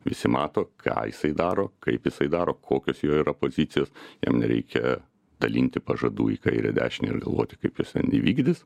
visi mato ką jisai daro kaip jisai daro kokios jo yra pozicijos jam nereikia dalinti pažadų į kairę dešinę ir galvoti kaip juos jen įvykdys